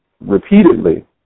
repeatedly